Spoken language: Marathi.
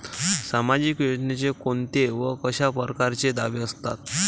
सामाजिक योजनेचे कोंते व कशा परकारचे दावे असतात?